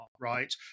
right